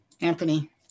Anthony